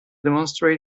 demonstrate